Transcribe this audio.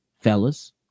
fellas